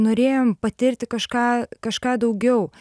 norėjom patirti kažką kažką daugiau